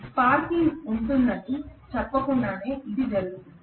sparking ఉంటుందని చెప్పకుండానే ఇది జరుగుతుంది